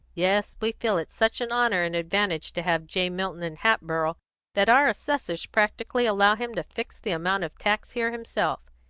yes, we feel it such an honour and advantage to have j. milton in hatboro' that our assessors practically allow him to fix the amount of tax here himself.